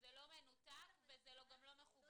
מנושאים שאנחנו לא --- זה לא מנותק וזה גם לא מחובר.